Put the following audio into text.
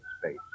space